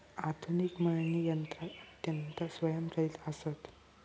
आधुनिक मळणी यंत्रा अत्यंत स्वयंचलित आसत